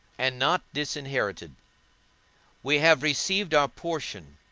and not disinherited we have received our portion,